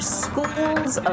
schools